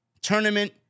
Tournament